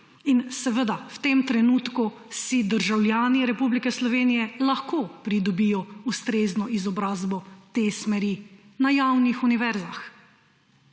izobrazbo. V tem trenutku si državljani Republike Slovenije lahko pridobijo ustrezno izobrazbo te smeri na javnih univerzah.